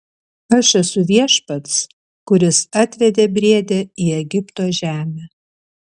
aš esu viešpats kuris atvedė briedę į egipto žemę